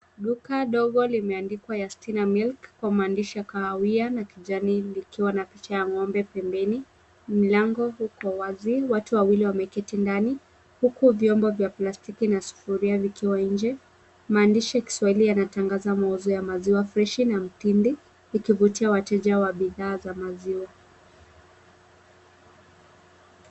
Duka ndogo limeandikwa Yustina Milk, kwa maandishi ya kahawia na kijani likiwa na picha ya ng'ombe pembeni, mlango uko wazi, watu wawili wameketi ndani, huku vyombo vya plastiki na sufuria vikiwa nje, maandishi ya Kiswahili yanatangaza mauzo ya maziwa freshi na mtindi, likivutia wateja wa bidhaa za maziwa.